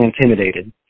intimidated